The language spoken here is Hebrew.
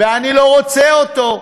ואני לא רוצה אותו,